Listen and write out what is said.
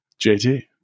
JT